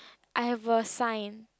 I have a sign